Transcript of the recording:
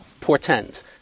Portend